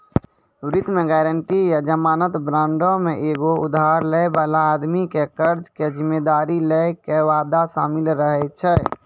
वित्त मे गायरंटी या जमानत बांडो मे एगो उधार लै बाला आदमी के कर्जा के जिम्मेदारी लै के वादा शामिल रहै छै